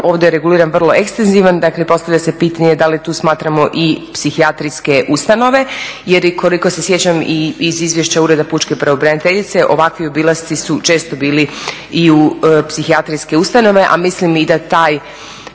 ovdje reguliran vrlo ekstenzivan, dakle postavlja se pitanje da li tu smatramo i psihijatrijske ustanove jer koliko se sjećam i iz Izvješća Ured pučke pravobraniteljice ovakvi obilasci su često bili u psihijatrijske ustanove, a mislim i da taj